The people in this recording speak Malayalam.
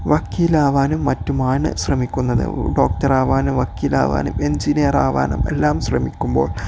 വക്കീലാകാനും മറ്റുമാണ് ശ്രമിക്കുന്നത് ഡോക്ടറാകാനും വക്കീലാകാനും എഞ്ചിനീയറാകാനുമെല്ലാം ശ്രമിക്കുമ്പോൾ